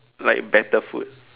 like better food